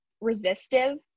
resistive